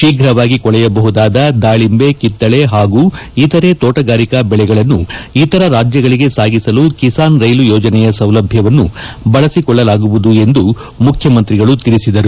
ಶೀಫ್ರವಾಗಿ ಕೊಳೆಯಬಹುದಾದ ದಾಳಿಂಬೆ ಕಿತ್ತಳೆ ಹಾಗೂ ಇತರ ತೋಟಗಾರಿಕಾ ಬೆಳೆಗಳನ್ನು ಇತರ ರಾಜ್ಯಗಳಿಗೆ ಸಾಗಿಸಲು ಕಿಸಾನ್ ರೈಲು ಯೋಜನೆಯ ಸೌಲಭ್ಯವನ್ನು ಬಳಸಿಕೊಳ್ಳಲಾಗುವುದು ಎಂದು ಮುಖ್ಯಮಂತ್ರಿಗಳು ತಿಳಿಸಿದರು